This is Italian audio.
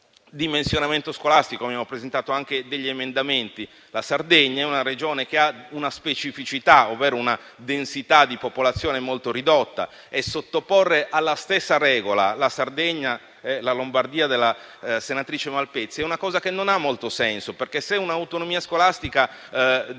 sul dimensionamento scolastico, su cui abbiamo presentato anche degli emendamenti. La Sardegna è una Regione che ha una specificità, ovvero una densità di popolazione molto ridotta, e sottoporre alla stessa regola la Sardegna e la Lombardia della senatrice Malpezzi non ha molto senso, perché si applica l'autonomia scolastica